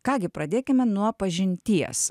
ką gi pradėkime nuo pažinties